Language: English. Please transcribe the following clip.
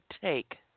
take